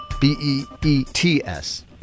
B-E-E-T-S